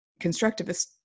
constructivist